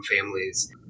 families